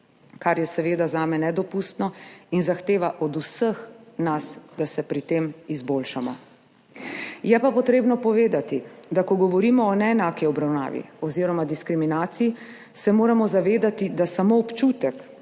kar je seveda zame nedopustno in zahteva od vseh nas, da se pri tem izboljšamo. Treba je pa povedati, da ko govorimo o neenaki obravnavi oziroma diskriminaciji, se moramo zavedati, da samo občutek,